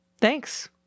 Thanks